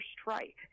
strike